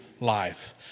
life